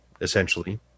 essentially